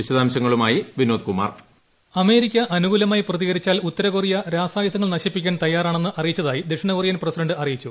വിശദാംശങ്ങളുമായി Vinodkumar voice America അനുകൂലമായി പ്രതികരിച്ചാൽ ഉത്തരകൊറിയ രാസായുധങ്ങൾ നശിപ്പിക്കാൻ തയാറാണെന്ന് അറിയിച്ചതായി ദക്ഷിണകൊറിയൻ പ്രസിഡന്റ് അറിയിച്ചു